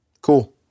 Cool